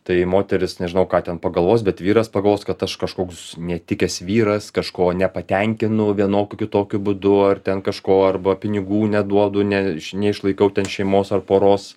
tai moteris nežinau ką ten pagalvos bet vyras pagalvos kad aš kažkoks netikęs vyras kažko nepatenkinu vienokiu kitokiu būdu ar ten kažko arba pinigų neduodu ne iš neišlaikau ten šeimos ar poros